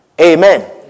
Amen